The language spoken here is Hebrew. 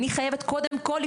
אני חייבת קודם כול,